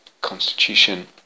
constitution